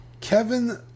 Kevin